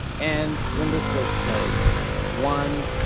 and windows so says one,